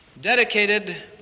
dedicated